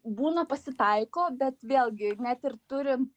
būna pasitaiko bet vėlgi net ir turint